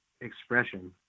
expression